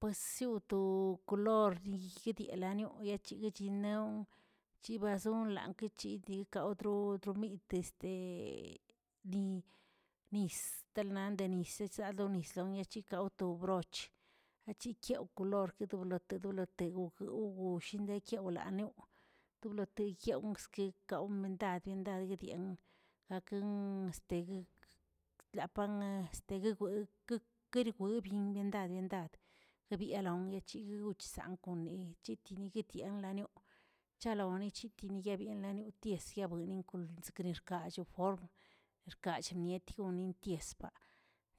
Pues sioꞌ to kulor yigigidielanioꞌ yechiyechignao, chibazon languechikidiꞌ kautro dromite ni- nis teldan denis echchlandonis loniachekauto broch, achikiaw kolor lote dolote wguewgullꞌ indekiu glanewꞌ tobloteyawski kaomendad byendad egdian gaken este tlapan este gueguegweꞌ keregweꞌbyin byenda byendad, guebialon echegugsan koneꞌ cheꞌteni gutyaan lanioꞌ, chaloneꞌ chiti yebianlonun tiesabuin konskrinax form erchkaad chetionisbaꞌ